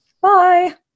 Bye